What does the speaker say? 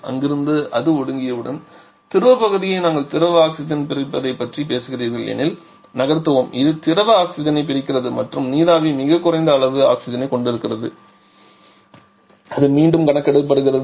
அங்கிருந்து அது ஒடுங்கியவுடன் திரவ பகுதியை நீங்கள் திரவ ஆக்ஸிஜன் பிரிப்பதைப் பற்றி பேசுகிறீர்கள் எனில் நகர்த்துவோம் இது திரவ ஆக்ஸிஜனைப் பிரிக்கிறது மற்றும் நீராவி மிகக் குறைந்த அளவு ஆக்ஸிஜனைக் கொண்டிருக்கிறது அது மீண்டும் கணக்கிடப்படுகிறது